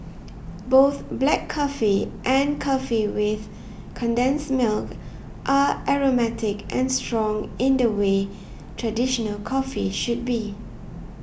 both black coffee and coffee with condensed milk are aromatic and strong in the way traditional coffee should be